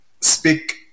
speak